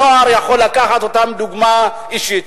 הנוער יכול לקחת אותם כדוגמה אישית,